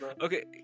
Okay